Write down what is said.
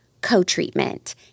co-treatment